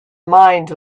mind